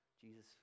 Jesus